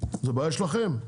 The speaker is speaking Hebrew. זה בעיה שלכם,